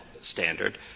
standard